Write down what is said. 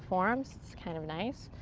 forearms, this is kind of nice.